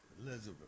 Elizabeth